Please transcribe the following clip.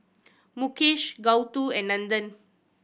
Mukesh Gouthu and Nandan